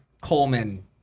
Coleman